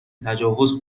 تجاوز